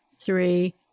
three